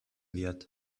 wird